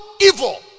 evil